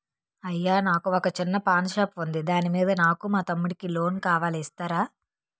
అయ్యా నాకు వొక చిన్న పాన్ షాప్ ఉంది దాని మీద నాకు మా తమ్ముడి కి లోన్ కావాలి ఇస్తారా?